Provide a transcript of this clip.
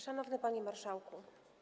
Szanowny Panie Marszałku!